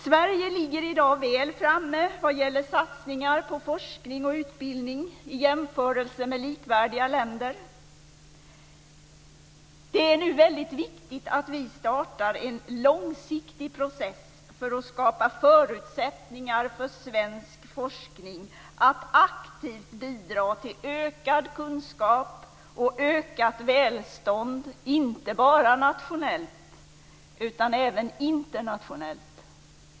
Sverige ligger i dag väl framme vad gäller satsningar på forskning och utbildning i jämförelse med likvärdiga länder. Det är nu väldigt viktigt att vi startar en långsiktig process för att skapa förutsättningar för svensk forskning att aktivt bidra till ökad kunskap och ökat välstånd, inte bara nationellt utan även internationellt.